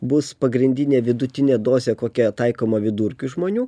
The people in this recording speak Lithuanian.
bus pagrindinė vidutinė dozė kokia taikoma vidurkiui žmonių